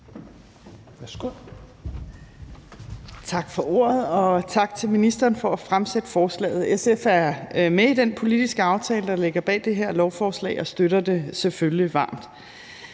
Tak for ordet, og tak til ministeren for at fremsætte forslaget. SF er med i den politiske aftale, der ligger bag det her lovforslag, og støtter det selvfølgelig varmt.